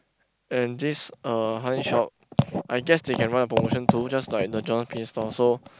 and this uh honey shop I guess they can run a promotion too just like the Jonh pin store so